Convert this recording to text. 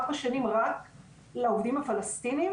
ארבע שנים רק לעובדים הפלסטינים,